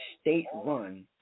state-run